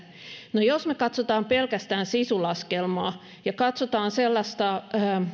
jos me katsomme pelkästään sisu laskelmaa ja katsomme sellaista